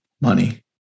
money